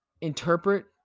interpret